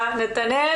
נתנאל